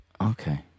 Okay